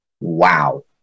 Wow